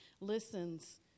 listens